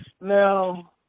Now